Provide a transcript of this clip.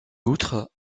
outre